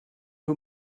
who